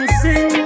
sing